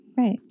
Right